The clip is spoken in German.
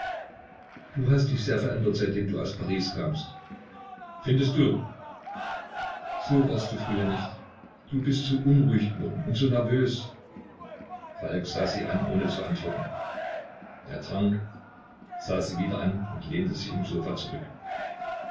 du hast dich sehr verändert seitdem du aus paris kamst findest du so warst du früher nicht du bist so unruhig geworden und so nervös falk sah sie an ohne zu antworten er trank sah sie wieder an und lehnte sich im sofa zurück